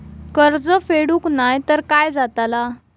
कर्ज फेडूक नाय तर काय जाताला?